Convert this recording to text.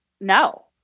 No